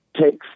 takes